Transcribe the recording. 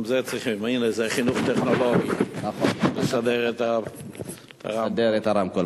הנה, זה חינוך טכנולוגי, לסדר את הרמקול.